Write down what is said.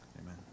Amen